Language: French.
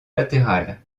latéral